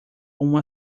uma